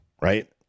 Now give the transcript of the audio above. Right